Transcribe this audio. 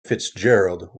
fitzgerald